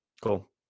Cool